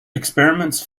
experiments